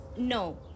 No